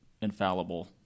infallible